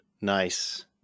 Nice